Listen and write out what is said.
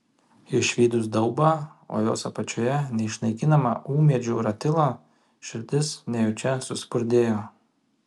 išvydus daubą o jos apačioje neišnaikinamą ūmėdžių ratilą širdis nejučia suspurdėjo